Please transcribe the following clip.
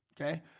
okay